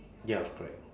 ya correct